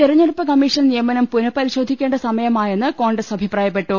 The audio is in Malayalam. തെരഞ്ഞെടുപ്പ് കമ്മീഷൻ നിയമനം പുനഃപരിശോധിക്കേണ്ട സമയമായെന്ന് കോൺഗ്രസ് അഭിപ്രായപ്പെട്ടു